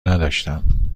نداشتم